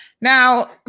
Now